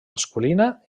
masculina